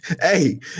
Hey